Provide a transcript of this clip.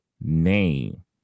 name